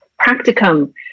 practicum